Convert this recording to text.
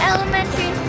Elementary